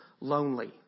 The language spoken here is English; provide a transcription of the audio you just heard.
lonely